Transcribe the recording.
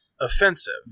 offensive